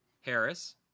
Harris